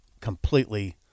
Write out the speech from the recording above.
completely